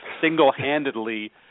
single-handedly